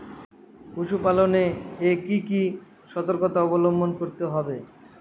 পশুপালন এ কি কি সর্তকতা অবলম্বন করতে হবে?